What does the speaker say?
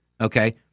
Okay